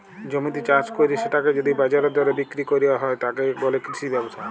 জমিতে চাস কইরে সেটাকে যদি বাজারের দরে বিক্রি কইর হয়, তাকে বলে কৃষি ব্যবসা